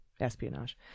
espionage